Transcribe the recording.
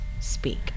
speak